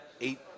eight